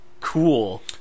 cool